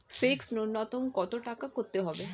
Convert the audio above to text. Fixed নুন্যতম কত টাকা করতে হবে?